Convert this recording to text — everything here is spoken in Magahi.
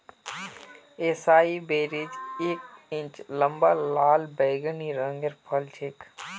एसाई बेरीज एक इंच लंबा लाल बैंगनी रंगेर फल छे